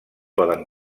poden